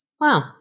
Wow